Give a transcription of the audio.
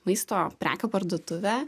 maisto prekių parduotuvę